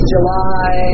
July